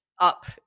up